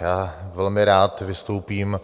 Já velmi rád vystoupím